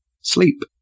sleep